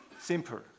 simple